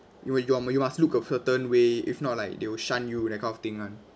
you will you must look a certain way if not like they will shun you that kind of thing [one]